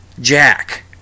Jack